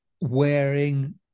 wearing